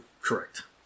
Correct